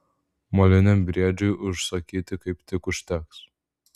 moliniam briedžiui užsakyti kaip tik užteks